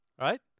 right